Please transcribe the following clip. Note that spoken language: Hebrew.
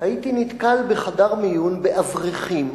הייתי נתקל בחדר מיון באברכים,